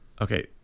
Okay